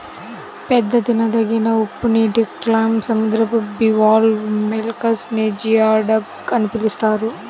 పెద్ద తినదగిన ఉప్పునీటి క్లామ్, సముద్రపు బివాల్వ్ మొలస్క్ నే జియోడక్ అని పిలుస్తారు